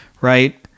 Right